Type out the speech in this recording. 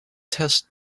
tess